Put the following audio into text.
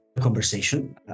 conversation